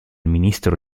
ministro